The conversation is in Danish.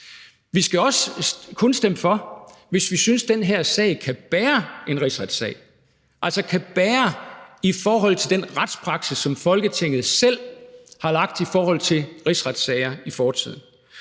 vi skal også kun stemme for, hvis vi synes, at den her sag kan bære en rigsretssag, altså kan bære i forhold til den retspraksis, som Folketinget selv har lagt, i forhold til rigsretssager i fortiden.